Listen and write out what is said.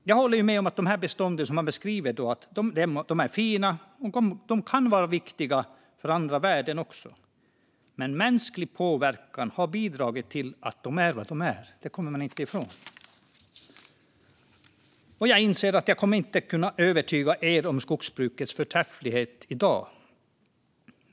Jag håller med om att dessa bestånd, som man beskriver, är fina och kan vara viktiga för andra värden. Men mänsklig påverkan har bidragit till att bestånden är vad de är; det kommer man inte ifrån. Jag inser att jag inte kommer att kunna övertyga er om skogsbrukets förträfflighet i dag.